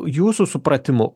jūsų supratimu